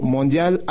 Mondial